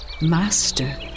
Master